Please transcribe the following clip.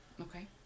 okay